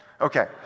Okay